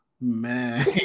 man